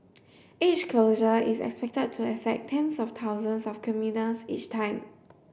each closure is expected to affect tens of thousands of commuters each time